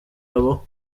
abo